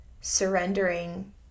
surrendering